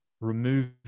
remove